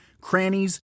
crannies